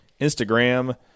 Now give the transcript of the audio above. Instagram